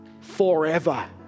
forever